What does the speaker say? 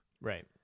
Right